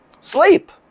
Sleep